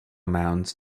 mounds